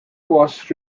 was